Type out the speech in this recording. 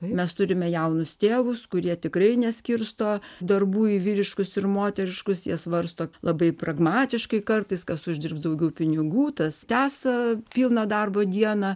mes turime jaunus tėvus kurie tikrai neskirsto darbų į vyriškus ir moteriškus jie svarsto labai pragmatiškai kartais kas uždirbs daugiau pinigų tas tęs pilną darbo dieną